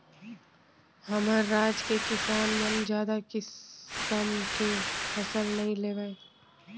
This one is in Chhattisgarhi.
हमर राज के किसान मन जादा किसम के फसल नइ लेवय